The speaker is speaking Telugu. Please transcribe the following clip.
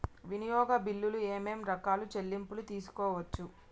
వినియోగ బిల్లులు ఏమేం రకాల చెల్లింపులు తీసుకోవచ్చు?